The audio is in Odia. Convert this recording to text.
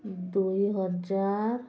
ଦୁଇ ହଜାର